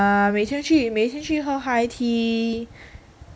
ya 每天去每天去喝 high tea